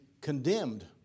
condemned